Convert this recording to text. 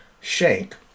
shank